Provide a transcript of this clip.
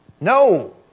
No